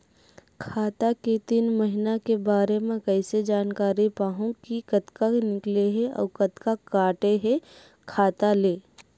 खाता के तीन महिना के बारे मा कइसे जानकारी पाहूं कि कतका निकले हे अउ कतका काटे हे खाता ले?